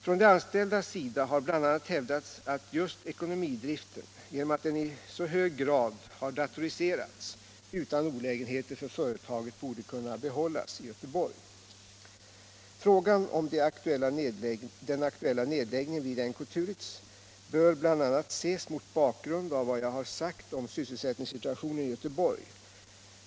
Från de anställdas sida har bl.a. hävdats att just ekonomidriften, genom att den i så hög grad har datoriserats, utan olägenheter för företaget borde kunna behållas i Göteborg. Frågan om den aktuella nedläggningen vid NK-Turitz bör bl.a. ses mot bakgrund av vad jag har sagt om sysselsättningssituationen i Göteborg.